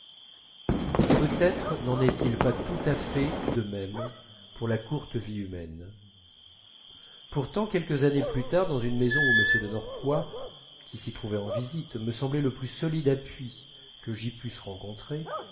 peut-être n'en est-il pas tout à fait de même dans la courte vie humaine pourtant quelques années plus tard dans une maison où m de norpois qui se trouvait en visite me semblait le plus solide appui que j'y pusse rencontrer